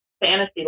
fantasy